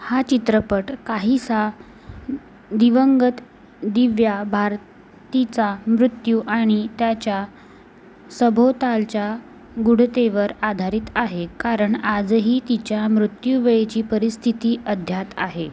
हा चित्रपट काहीसा दिवंगत दिव्या भारतीचा मृत्यू आणि त्याच्या सभोवतालच्या गूढतेवर आधारित आहे कारण आजही तिच्या मृत्यूवेळेची परिस्थिती अज्ञात आहे